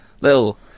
little